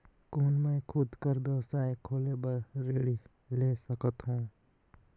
कौन मैं खुद कर व्यवसाय खोले बर ऋण ले सकत हो?